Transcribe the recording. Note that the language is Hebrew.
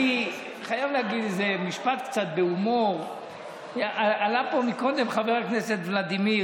אני חייב להגיד איזה משפט בהומור: עלה כאן קודם חבר הכנסת ולדימיר,